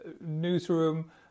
newsroom